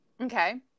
Okay